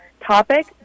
topic